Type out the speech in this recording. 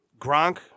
Gronk